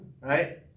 Right